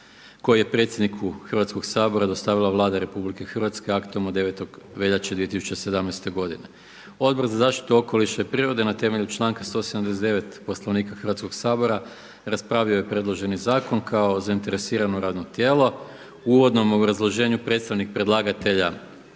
koji je predsjedniku Hrvatskog sabora dostavila Vlada Republike Hrvatske aktom od 9. veljače 2017. godine. Odbor za zaštitu okoliša i prirode na temelju članka 179. Poslovnika Hrvatskog sabora raspravio je predloženi zakon kao zainteresirano radno tijelo. U uvodnom obrazloženju predstavnik predlagatelja